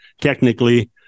technically